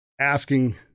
asking